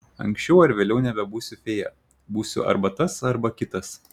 anksčiau ar vėliau nebebūsiu fėja būsiu arba tas arba kitas